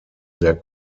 their